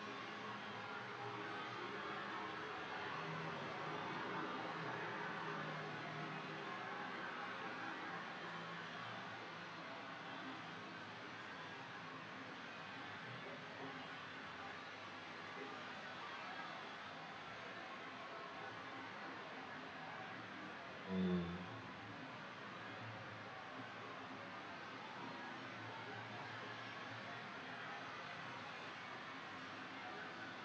mm